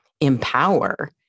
empower